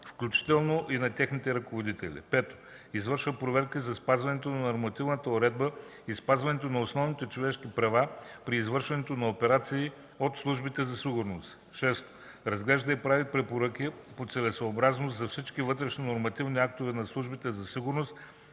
включително на техните ръководители; 5. извършва проверки за спазването на нормативната уредба и спазването на основните човешки права при извършването на операции на службите за сигурност; 6. разглежда и прави препоръки по целесъобразност във всички вътрешни нормативни актове на службите за сигурност,